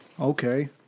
Okay